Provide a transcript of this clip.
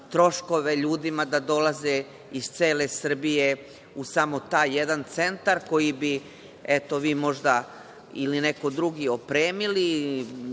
troškove ljudima da dolaze iz cele Srbije u samo taj jedan centar koji bi, eto vi, možda, ili neko drugi opremili,